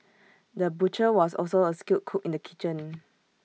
the butcher was also A skilled cook in the kitchen